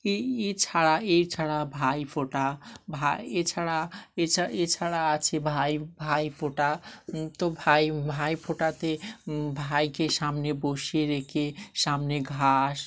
এই এছাড়া এছাড়া ভাইফোঁটা ভাই এছাড়া এাছা এছাড়া আছে ভাই ভাইফোঁটা তো ভাই ভাইফোঁটাতে ভাইকে সামনে বসিয়ে রেখে সামনে ঘাস